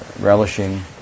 relishing